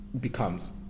becomes